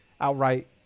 outright